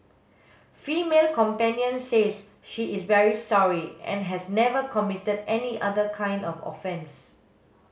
female companion says she is very sorry and has never committed any other kind of offence